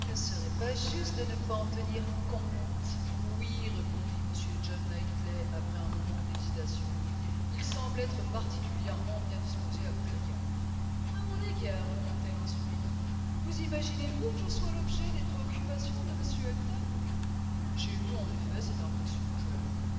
ne serait pas juste de ne pas en tenir compte oui répondit m john knightley après un moment d'hésitation il semble être particulièrement bien disposé à votre égard à mon égard reprit-elle en souriant vous imaginez-vous que je sois l'objet des préoccupations de m elton j'ai eu en effet cette impression je l'avoue